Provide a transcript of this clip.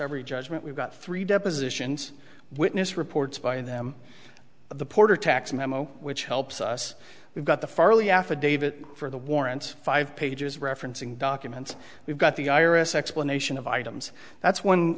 several judgment we've got three depositions witness reports by them of the porter tax memo which helps us we've got the farley affidavit for the warrant five pages referencing documents we've got the iris explanation of items that's one